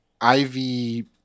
Ivy